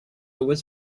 with